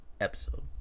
episode